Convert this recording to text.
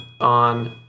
on